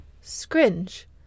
Scringe